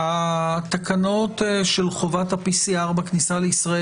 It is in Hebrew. התקנות של חובת ה-PCR בכניסה לישראל,